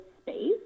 space